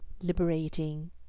liberating